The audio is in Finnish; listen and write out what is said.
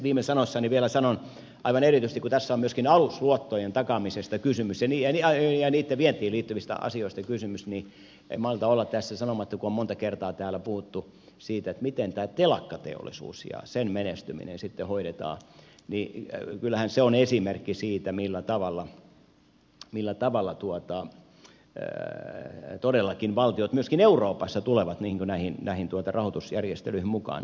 viime sanoissani vielä aivan erityisesti kun tässä on myöskin alusluottojen takaamisesta kysymys ja niitten vientiin liittyvistä asioista en malta olla tässä sanomatta kun on monta kertaa täällä puhuttu siitä miten tämä telakkateollisuus ja sen menestyminen sitten hoidetaan että kyllähän se on esimerkki siitä millä tavalla todellakin valtiot myöskin euroopassa tulevat näihin rahoitusjärjestelyihin mukaan